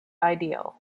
ideal